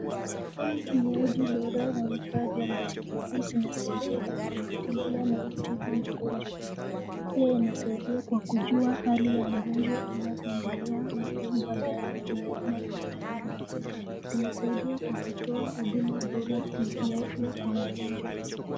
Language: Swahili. Utumiaji bora wa vifaa vya matibabu. Zinasaidia kufuatilia na kutibu magonjwa, hii inasaidia kwa kujua hali ya mgonjwa inavyoendelea na kumpa dawa inavyostahili. Zinasaidia kwa kutoa huduma bora ya kiafya kwa mgonjwa.